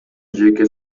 жеке